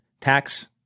Tax